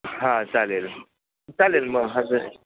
हां चालेल चालेल मग